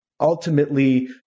ultimately